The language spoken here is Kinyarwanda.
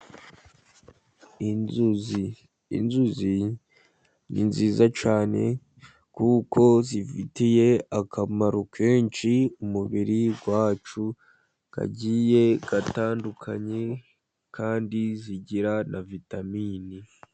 Inzuzi, inzuzi ni nziza cyane kuko zifitiye akamaro kenshi umubiri wacu kagiye gatandukanye, kandi zigira na vitamini.